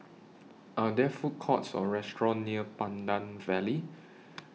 Are There Food Courts Or restaurants near Pandan Valley